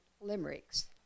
limericks